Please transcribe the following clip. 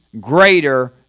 greater